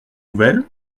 nouvelle